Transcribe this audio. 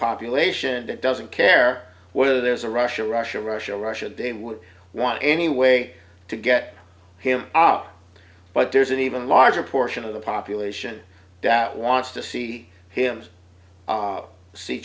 population that doesn't care whether there's a russia russia russia russia they would want any way to get him up but there's an even larger portion of the population that wants to see him